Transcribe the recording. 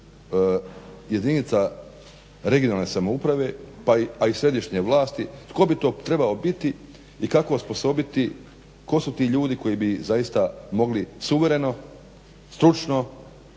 jedinica regionalne samouprave, a i središnje vlasti, tko bi to trebao biti i kako osposobiti, ko su ti ljudi koji bi zaista mogli suvereno, stručno